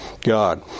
God